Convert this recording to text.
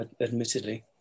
admittedly